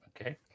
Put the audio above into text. okay